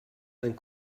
and